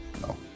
No